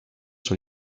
sur